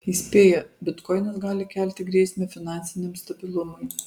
įspėja bitkoinas gali kelti grėsmę finansiniam stabilumui